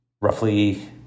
roughly